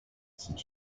c’est